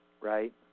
right